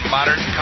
Modern